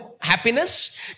happiness